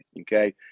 okay